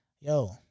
Yo